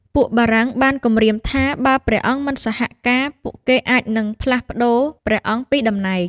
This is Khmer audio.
ពួកបារាំងបានគំរាមថា បើព្រះអង្គមិនសហការ ពួកគេអាចនឹងផ្លាស់ប្ដូរព្រះអង្គពីតំណែង។